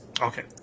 Okay